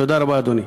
תודה רבה, אדוני.